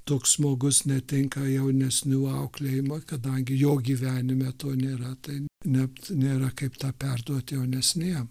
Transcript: toks žmogus netinka jaunesniųjų auklėjimą kadangi jo gyvenime to nėra taip net nėra kaip tą perduoti jaunesniem